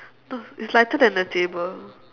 no it's lighter than the table